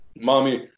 mommy